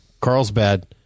Carlsbad